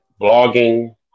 blogging